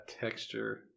texture